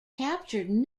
captured